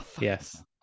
Yes